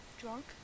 drunk